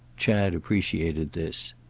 chad appreciated this.